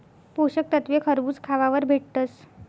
पोषक तत्वे खरबूज खावावर भेटतस